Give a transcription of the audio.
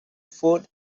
food